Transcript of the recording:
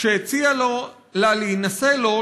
כשהציע לה להינשא לו,